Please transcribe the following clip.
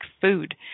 food